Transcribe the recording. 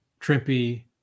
trippy